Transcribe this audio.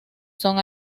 son